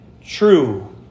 true